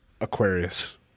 Aquarius